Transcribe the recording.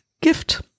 gift